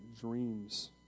dreams